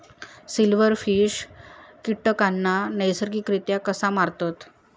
Silverfish कीटकांना नैसर्गिकरित्या कसा मारतत?